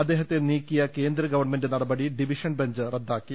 അദ്ദേഹത്തെ നീക്കിയ കേന്ദ്രഗവൺമെന്റ് നട പടി ഡിവിഷൻബെഞ്ച് റദ്ദാക്കി